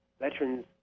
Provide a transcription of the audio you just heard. veterans